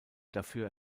dafür